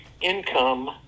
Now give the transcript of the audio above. income